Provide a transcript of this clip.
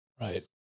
Right